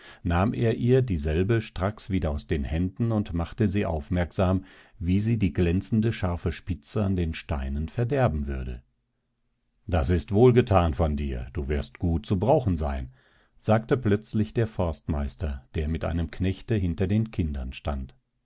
nahm er ihr dieselbe stracks wieder aus den händen und machte sie aufmerksam wie sie die glänzende scharfe spitze an den steinen verderben würde das ist wohlgetan von dir du wirst gut zu brauchen sein sagte plötzlich der forstmeister der mit einem knechte hinter den kindern stand